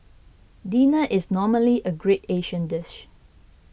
dinner is normally a great Asian dish